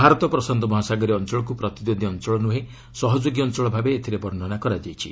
ଭାରତ ପ୍ରଶାନ୍ତ ମହାସାଗରୀୟ ଅଞ୍ଚଳକୁ ପ୍ରତିଦ୍ୱନ୍ଦ୍ୱୀ ଅଞ୍ଚଳ ନୁହେଁ ସହଯୋଗୀ ଅଞ୍ଚଳ ଭାବେ ଏଥିରେ ବର୍ଷ୍ଣନା କରାଯାଇଛି